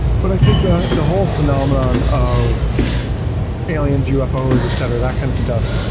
but i think the the whole phenomenon of aliens, ufos, et cetera, that kind of stuff,